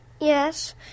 Yes